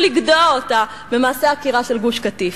לגדוע אותה במעשה העקירה של גוש-קטיף.